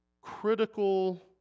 critical